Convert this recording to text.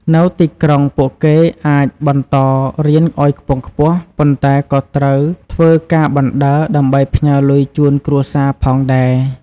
នៅទីក្រុង ពួកគេអាចបន្តរៀនឱ្យខ្ពង់ខ្ពស់ ប៉ុន្តែក៏ត្រូវធ្វើការបណ្ដើរ ដើម្បីផ្ញើលុយជូនគ្រួសារផងដែរ។